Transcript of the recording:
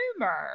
rumor